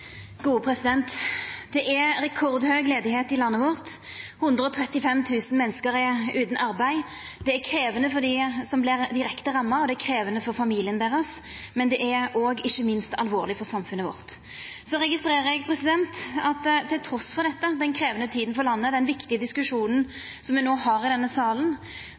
Det er rekordhøg arbeidsløyse i landet vårt. 135 000 menneske er utan arbeid. Det er krevjande for dei som vert direkte ramma, og det er krevjande for familien deira, men det er òg – ikkje minst – alvorleg for samfunnet vårt. Eg registrerer at trass i den krevjande tida for landet, den viktige diskusjonen som vi no har i denne salen,